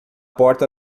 porta